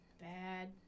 bad